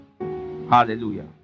Hallelujah